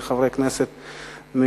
אם זה חברי כנסת מהקואליציה,